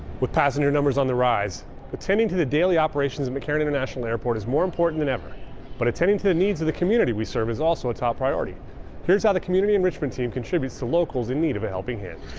with passenger numbers on the rise pretending to the daily operations of mccarran international airport is more important than ever but attending to the needs of the community we serve is also a top priority here's how the community and richmond team contributes to locals in need of a helping hand